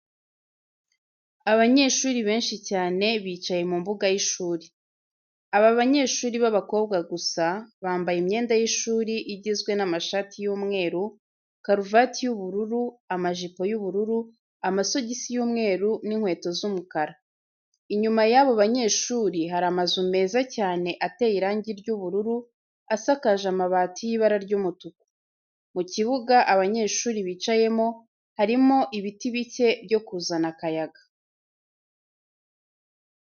Abanyeshuri benshi cyane bicaye mu mbuga y'ishuri. Aba banyeshuri b'abakobwa gusa bambaye imyenda y'ishuri igizwe n'amashati y'umweru, karuvati y'ubururu, amajipo y'ubururu, amasogisi y'umweru n'inkweto z'umukara. Inyuma y'abo banyeshuri hari amazu meza cyane ateye irangi ry'ubururu, asakaje amabati y'ibara ry'umutuku. Mu kibuga abanyeshuri bicayemo, harimo ibiti bike byo kuzana akayaga.